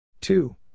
Two